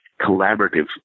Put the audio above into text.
collaborative